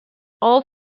all